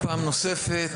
בוקר טוב,